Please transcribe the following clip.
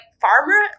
farmer